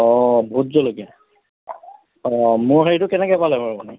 অঁ ভূত জলকীয়া অঁ মোৰ হেৰিটো কেনেকৈ পালে বাৰু আপুনি